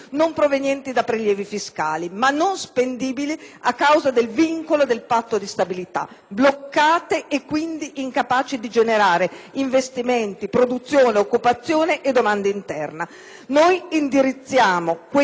del vincolo del Patto di stabilità, bloccate e quindi incapaci di generare investimenti, produzione, occupazione e domanda interna. Noi indirizziamo questo allentamento dei vincoli a destinazioni specifiche,